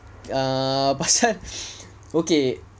err pasal okay